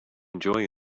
enjoy